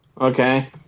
Okay